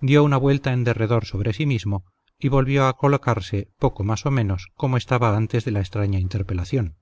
dio una vuelta en derredor sobre sí mismo y volvió a colocarse poco más o menos como estaba antes de la extraña interpelación